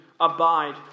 Abide